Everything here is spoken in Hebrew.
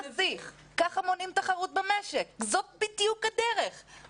ככה מונעים תחרות במשק, זאת בדיוק הדרך.